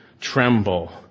tremble